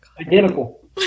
Identical